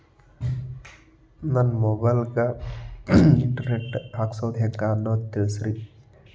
ನನ್ನ ಮೊಬೈಲ್ ಗೆ internet ಹಾಕ್ಸೋದು ಹೆಂಗ್ ಅನ್ನೋದು ತಿಳಸ್ರಿ